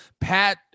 pat